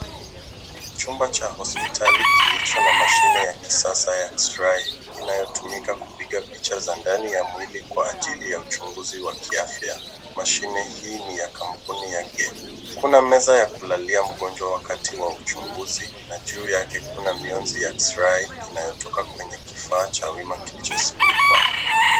Chumba cha hospitali kilicho na mashine ya kisasa ya X-ray inayotumika kupiga picha za ndani ya mwili kwa ajili ya uchunguzi wa kiafya. Mashine hii ni ya kampuni ya GE . Kuna meza ya kulalia mgonjwa wakati wa uchunguzi na juu yake kuna mionzi ya X-ray inayotoka kwenye kifaa cha wima kilichosimikwa.